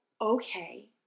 Okay